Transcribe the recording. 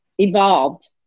evolved